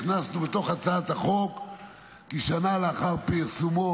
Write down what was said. הכנסנו בתוך הצעת החוק שכשנה לאחר פרסומו